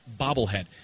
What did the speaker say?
bobblehead